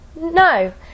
No